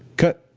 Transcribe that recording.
cut.